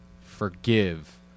forgive